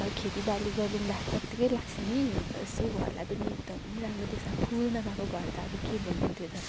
अब खेतीबाली गरौँँला जतिकै लाग्छ नि अन्त यसो घरलाई पनि एकदम राम्रो देख्छ अब फुल नभाएको घर त अब के भन्नु त्यो त